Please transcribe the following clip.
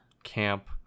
camp